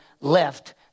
left